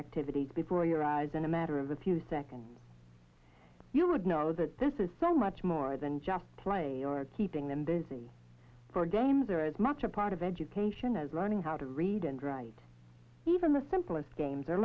activities before your eyes in a matter of a few seconds you would know that this is so much more than just play or keeping them busy for a game they're as much a part of education as learning how to read and write even the simplest games are